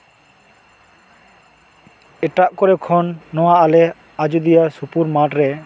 ᱮᱴᱟᱜ ᱠᱚᱨᱮ ᱠᱷᱚᱱ ᱱᱚᱣᱟ ᱮᱞ ᱮᱡᱳᱫᱤᱭᱟᱹ ᱥᱩᱯᱩᱨ ᱢᱟᱴᱷ ᱨᱮ